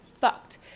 fucked